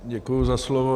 Děkuji za slovo.